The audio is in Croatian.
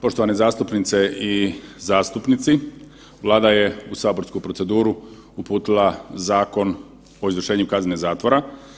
Poštovane zastupnice i zastupnici, Vlada je u saborsku proceduru uputila Zakon o izvršenju kazne zatvora.